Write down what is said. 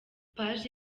paji